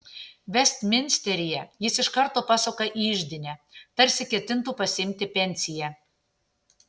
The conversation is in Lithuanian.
vestminsteryje jis iš karto pasuka į iždinę tarsi ketintų pasiimti pensiją